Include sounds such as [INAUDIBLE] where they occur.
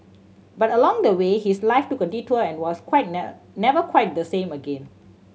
but along the way his life took a detour and was quite [UNINTELLIGIBLE] never quite the same again